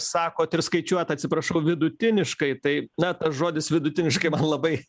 sakot ir skaičiuojat atsiprašau vidutiniškai tai na tas žodis vidutiniškai man labai